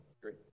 Great